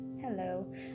Hello